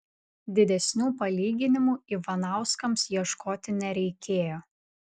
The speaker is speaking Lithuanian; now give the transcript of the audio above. didesnių palyginimų ivanauskams ieškoti nereikėjo